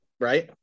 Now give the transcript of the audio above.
right